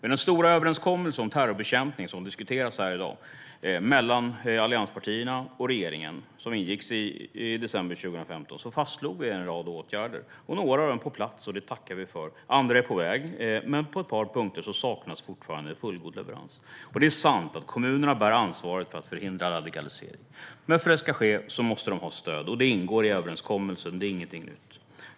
I den stora överenskommelsen om terrorbekämpning, som diskuteras här i dag och som ingicks mellan allianspartierna och regeringen i december 2015, fastslogs en rad åtgärder. Några av dem är på plats - det tackar vi för - och andra är på väg. Men på ett par punkter saknas fortfarande en fullgod leverans. Det är sant att kommunerna bär ansvaret för att förhindra radikalisering. Men för att detta ska ske måste de ha stöd. Detta ingår i överenskommelsen, och det är ingenting nytt.